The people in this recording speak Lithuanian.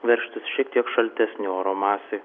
veržtis šiek tiek šaltesnė oro masė